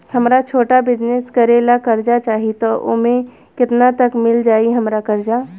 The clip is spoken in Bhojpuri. हमरा छोटा बिजनेस करे ला कर्जा चाहि त ओमे केतना तक मिल जायी हमरा कर्जा?